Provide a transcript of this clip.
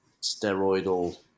steroidal